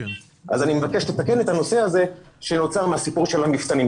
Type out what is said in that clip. אני מבקש לתקן את הדבר הזה שנוצר מהסיפור של המפתנים.